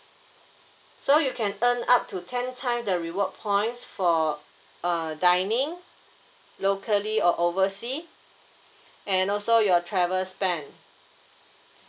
so you can earn up to ten time the reward points for uh dining locally or oversea and also your travel spend